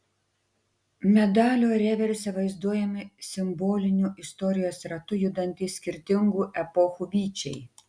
medalio reverse vaizduojami simboliniu istorijos ratu judantys skirtingų epochų vyčiai